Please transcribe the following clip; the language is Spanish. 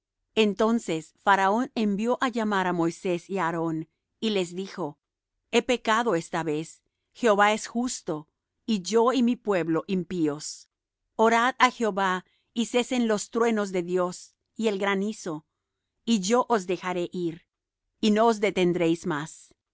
entonces faraón envió á llamar á moisés y á aarón y les dijo he pecado esta vez jehová es justo y yo y mi pueblo impíos orad á jehová y cesen los truenos de dios y el granizo y yo os dejaré ir y no os detendréis más